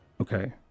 Okay